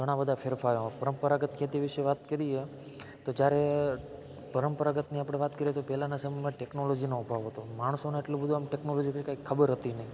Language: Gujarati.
ઘણાં બધાં ફેરફારો પરંપરાગત ખેતીની વિષે વાત કરીએ તો જ્યારે પરંપરાગતની વાત કરીએ તો જયારે પહેલાના સમયમાં ટેકનોલોજીનો અભાવ હતો માણસોને એટલું બધું આમ ટેકનોલોજીની કાંઈ ખબર હતી નહીં